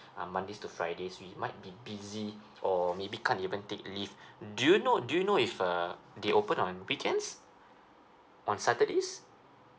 uh mondays to fridays we might be busy or maybe can't even take leave do you know do you know if uh they open on weekends on saturdays